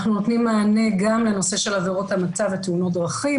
אנחנו נותנים מענה גם לנושא של עבירות המתה ותאונות דרכים,